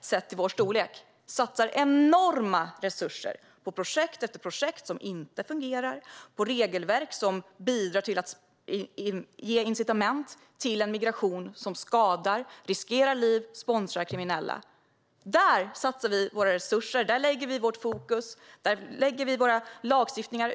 sett till sin storlek, satsar enorma resurser på projekt efter projekt som inte fungerar, på regelverk som ger incitament till en migration som skadar, riskerar liv och sponsrar kriminella. Det är detta vi satsar våra resurser på, sätter vårt fokus på och stiftar våra lagar utifrån.